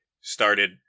started